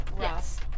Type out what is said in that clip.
yes